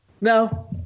No